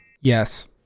Yes